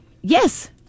Yes